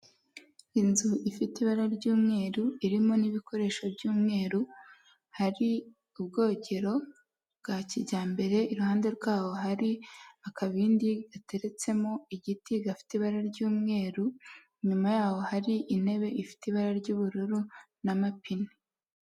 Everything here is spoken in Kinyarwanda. Inzu ifite ibara ry'umweru irimo n'ibikoresho by'umweru hari ubwogero bwa kijyambere, i ruhande rwaho hari akabindi gateretsemo igiti gafite ibara ry'umweru, inyuma yaho hari intebe ifite ibara ry'ubururu n'amapine.